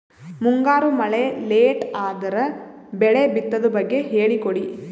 ಮುಂಗಾರು ಮಳೆ ಲೇಟ್ ಅದರ ಬೆಳೆ ಬಿತದು ಬಗ್ಗೆ ಹೇಳಿ ಕೊಡಿ?